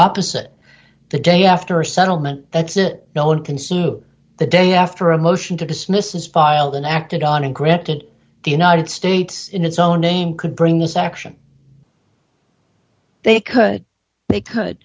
opposite the day after settlement that's it no one can see the day after a motion to dismiss is filed and acted on and granted the united states in its own name could bring this action they could they could